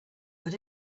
but